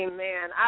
Amen